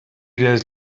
days